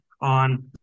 on